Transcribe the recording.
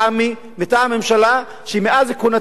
מטעם ממשלה שמאז כינונה ועד היום